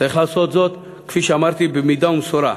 צריך לעשות זאת, כפי שאמרתי, במידה ומשורה.